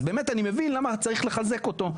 אז באמת אני מבין למה צריך לחזק אותו.